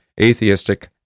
atheistic